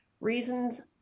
reasons